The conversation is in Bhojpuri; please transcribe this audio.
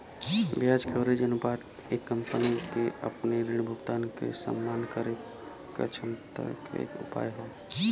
ब्याज कवरेज अनुपात एक कंपनी क अपने ऋण भुगतान क सम्मान करे क क्षमता क एक उपाय हौ